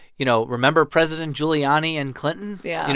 you know, remember president giuliani and clinton? yeah and